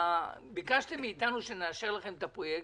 ביקשתם מאיתנו שנאשר לכם את הפרויקט,